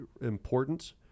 important